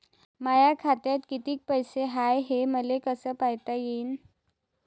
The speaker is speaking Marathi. माया खात्यात कितीक पैसे बाकी हाय हे मले कस पायता येईन?